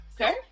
Okay